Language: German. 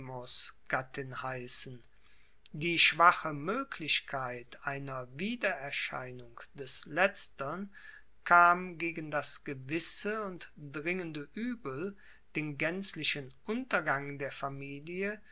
gattin heißen die schwache möglichkeit einer wiedererscheinung des letztern kam gegen das gewisse und dringende übel den gänzlichen untergang der familie